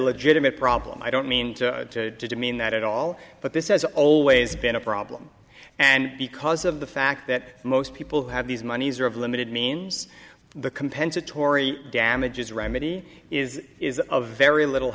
legitimate problem i don't mean to demean that at all but this has always been a problem and because of the fact that most people have these monies are of limited means the compensatory damages remedy is a very little